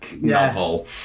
novel